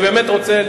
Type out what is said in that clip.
אני באמת רוצה,